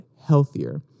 healthier